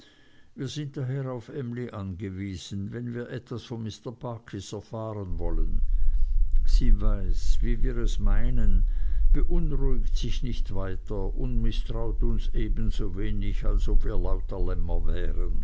wir sind daher auf emly angewiesen wenn wir etwas von mr barkis erfahren wollen sie weiß wie wir es meinen beunruhigt sich nicht weiter und mißtraut uns ebenso wenig als ob wir lauter lämmer wären